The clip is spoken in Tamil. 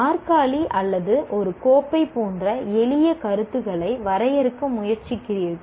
நாற்காலி அல்லது ஒரு கோப்பை போன்ற எளிய கருத்துகளை வரையறுக்க முயற்சிக்கிறீர்கள்